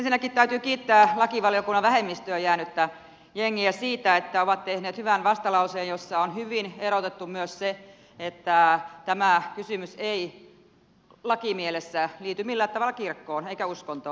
ensinnäkin täytyy kiittää lakivaliokunnan vähemmistöön jäänyttä jengiä siitä että ovat tehneet hyvän vastalauseen jossa on hyvin erotettu myös se että tämä kysymys ei lakimielessä liity millään tavalla kirkkoon eikä uskontoon